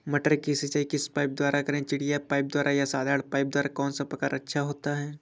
मटर की सिंचाई किस पाइप द्वारा करें चिड़िया पाइप द्वारा या साधारण पाइप द्वारा कौन सा प्रकार अच्छा होता है?